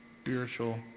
spiritual